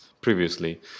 previously